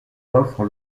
offre